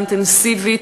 האינטנסיבית